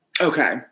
Okay